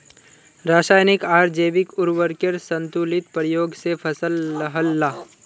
राशयानिक आर जैविक उर्वरकेर संतुलित प्रयोग से फसल लहलहा